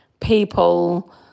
people